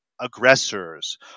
aggressors